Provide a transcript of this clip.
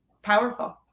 powerful